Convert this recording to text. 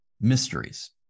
mysteries